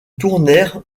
tournèrent